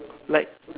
like